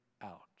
out